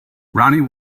ronnie